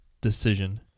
decision